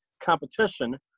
competition